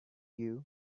you